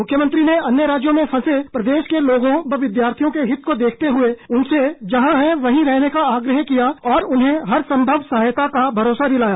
मुख्यमंत्री ने अन्य राज्यों में फंसे प्रदेश के लोगों व विद्यार्थियों के हित को देखते हुए उनसे जहां है वहीं रहने का आग्रह किया और उन्हें हर संभव सहातया का भरोसा दिलाया